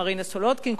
מרינה סולודקין,